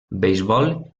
beisbol